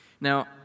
Now